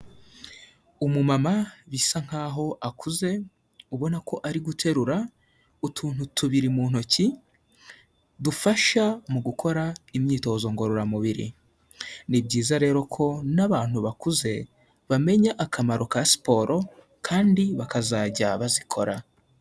Umu mama bisa nkaho akuze, ubona ko ari guterura utuntu tubiri mu ntoki dufasha mu gukora imyitozo ngororamubiri, ni byiza rero ko n'abantu bakuze bamenya akamaro ka siporo, kandi bakazajya bazikora.